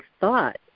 thought